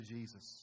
Jesus